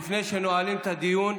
לפני שנועלים את הדיון,